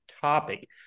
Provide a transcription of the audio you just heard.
topic